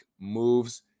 moves